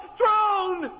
throne